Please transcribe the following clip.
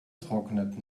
trocknet